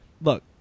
Look